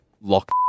lock